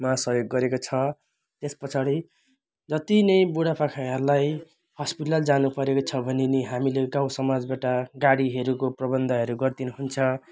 मा सहयोग गरेको छ यस पछाडि जति नै बुढापाकाहरूलाई हस्पिटल जानु परेको छ भने नि हामीले गाउँ समाजबाट गाडीहरूको प्रबन्धहरू गरिदिनु हुन्छ